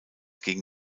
gegen